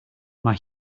mae